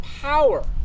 power